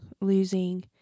losing